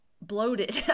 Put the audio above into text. bloated